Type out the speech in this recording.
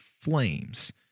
flames